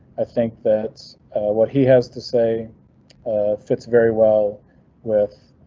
i think that what he has to say ah fits very well with